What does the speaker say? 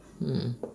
mm